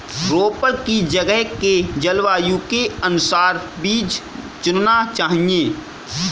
रोपड़ की जगह के जलवायु के अनुसार बीज चुनना चाहिए